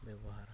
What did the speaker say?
ᱵᱮᱵᱚᱦᱟᱨᱟ